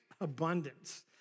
abundance